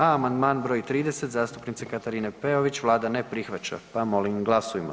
A amandman br. 30. zastupnice Katarine Peović vlada ne prihvaća, pa molim glasujmo.